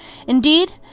Indeed